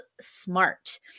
smart